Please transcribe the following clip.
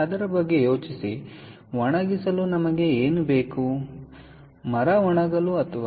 ಅದರ ಬಗ್ಗೆ ಯೋಚಿಸಿ ಒಣಗಿಸಲು ನಮಗೆ ಏನು ಬೇಕು